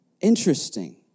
Interesting